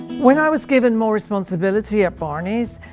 when i was given more responsibility at barney's,